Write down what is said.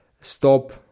stop